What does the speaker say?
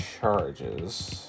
charges